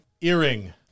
Earring